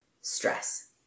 stress